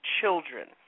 children